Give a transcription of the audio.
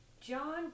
John